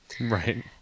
Right